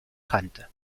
kannte